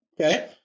Okay